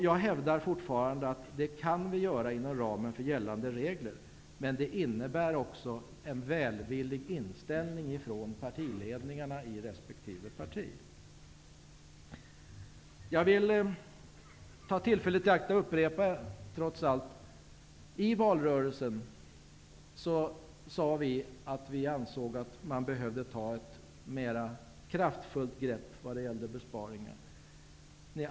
Jag hävdar fortfarande att det kan vi göra inom ramen för gällande regler, men för det krävs en välvillig inställning från partiledningarna i resp. parti. Jag vill ta tillfället i akt att upprepa, trots allt, vad vi sade i valrörelsen. Vi ansåg att det behövdes ett mera kraftfullt grepp vad gäller besparingar.